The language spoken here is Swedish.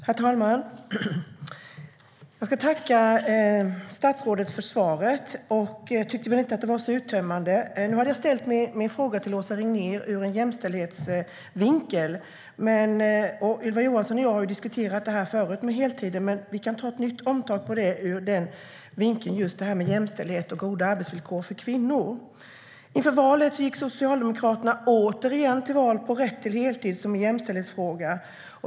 Herr talman! Jag ska tacka statsrådet för svaret, men jag tyckte inte att det var så uttömmande. Nu hade jag ställt min fråga ur en jämställdhetsvinkel till Åsa Regnér. Ylva Johansson och jag har diskuterat heltider förut, men vi kan ta ett nytt tag om jämställdhetsvinkeln och frågan om goda arbetsvillkor för kvinnor. Inför valet gick Socialdemokraterna återigen till val på rätt till heltid som en jämställdhetsfråga.